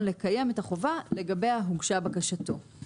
לקיים את החובה לגביה הוגשה בקשתו".